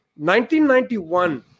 1991